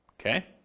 Okay